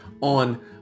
on